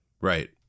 Right